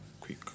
quick